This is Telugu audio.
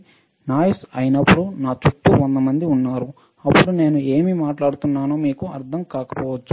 మరియు ఇది నాయిస్ అయినప్పుడు నా చుట్టూ 100 మంది ఉన్నారు అప్పుడు నేను ఏమి మాట్లాడుతున్నానో మీకు అర్థం కాకపోవచ్చు